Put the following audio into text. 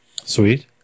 Sweet